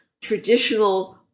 traditional